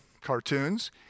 cartoons